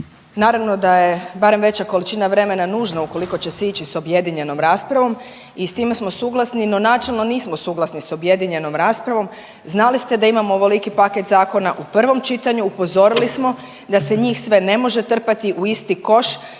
Naravno da je, barem veća količina vremena nužna ukoliko će se ići s objedinjenom raspravom i s time smo suglasni no načelno nismo suglasni s objedinjenom raspravom. Znali ste da imamo ovoliki paket zakona u prvom čitanju, upozorili smo da se njih sve ne može trpati u isti koš